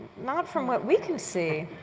not from what we can see.